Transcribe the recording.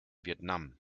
vietnam